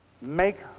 Make